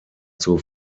zur